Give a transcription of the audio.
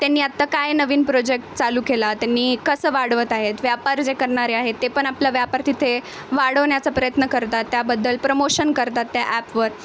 त्यांनी आत्ता काय नवीन प्रोजेक्ट चालू केला त्यांनी कसं वाढवत आहेत व्यापार जे करणारे आहेत ते पण आपलं व्यापार तिथे वाढवण्याचा प्रयत्न करतात त्याबद्दल प्रमोशन करतात त्या ॲपवर